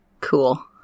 cool